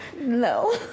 no